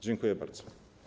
Dziękuję bardzo.